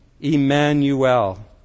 Emmanuel